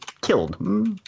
killed